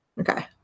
Okay